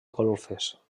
golfes